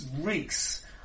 reeks